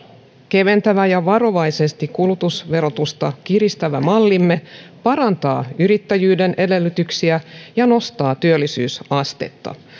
keventävä ja varovaisesti kulutusverotusta kiristävä mallimme parantaa yrittäjyyden edellytyksiä ja nostaa työllisyysastetta